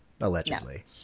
allegedly